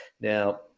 Now